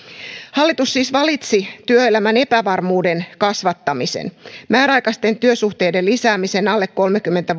hallitus siis valitsi työelämän epävarmuuden kasvattamisen määräaikaisten työsuhteiden lisäämisen alle kolmekymmentä